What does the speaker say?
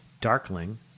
Darkling